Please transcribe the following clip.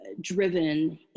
driven